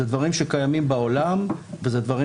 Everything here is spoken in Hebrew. אלה דברים שקיימים בעולם ואלה דברים